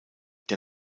der